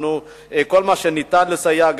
כל מה שאפשר כדי לסייע,